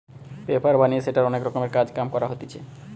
paper বানিয়ে সেটার অনেক রকমের কাজ কাম করা হতিছে